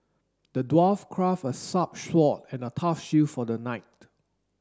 the dwarf craft a sharp sword and a tough shield for the knight